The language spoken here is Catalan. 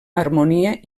harmonia